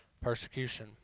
persecution